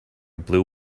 blue